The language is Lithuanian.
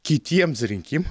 kitiems rinkim